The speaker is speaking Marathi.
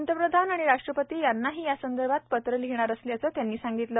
प्रधानमंत्री आणि राष्ट्रपती यांनाही यासंदर्भात पत्र लिहिणार असल्याचं त्यांनी सांगितलं